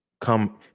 come